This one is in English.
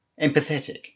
empathetic